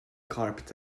carpet